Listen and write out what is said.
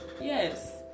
Yes